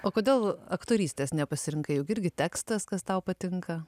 o kodėl aktorystės nepasirinkai juk irgi tekstas kas tau patinka